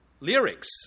lyrics